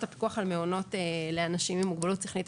הפיקוח על מעונות לאנשים עם מוגבלות שכלית